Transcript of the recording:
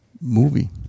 movie